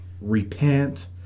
repent